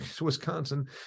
Wisconsin